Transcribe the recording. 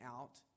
out